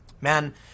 man